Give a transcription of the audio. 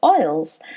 oils